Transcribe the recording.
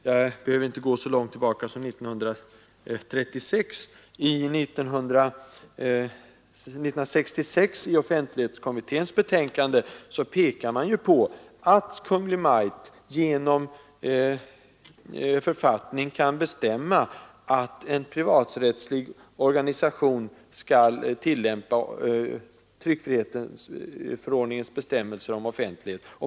Jag behöver inte gå så långt tillbaka som till 1936 för att få exempel. I offentlighetskommitténs betänkande år 1966 pekar man på att Kungl. Maj:t genom författning kan bestämma att en privaträttslig organisation skall tillämpa tryckfrihetsförordningens bestämmelser om offentlighet.